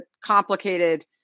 complicated